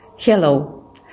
Hello